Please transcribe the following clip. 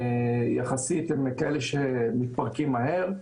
יחסית, הם כאלה שמתפרקים מהר.